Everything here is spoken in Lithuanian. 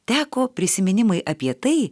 teko prisiminimai apie tai